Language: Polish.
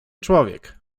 człowiek